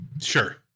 sure